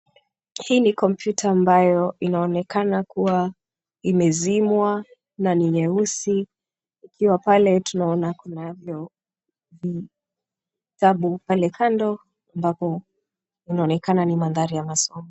Hii ni(cs) computer(cs) ambayo inaonekana kuwa imezimwa na ni nyeusi. Ikiwa hapo tunaona kuna vitabu pale kando ambapo inaonekana ni mandhari ya masomo.